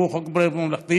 הוא לפי חוק בריאות ממלכתי,